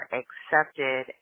accepted